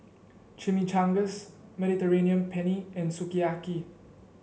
Chimichangas Mediterranean Penne and Sukiyaki